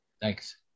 Thanks